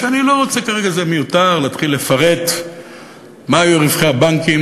וכרגע זה מיותר להתחיל לפרט מה היו רווחי הבנקים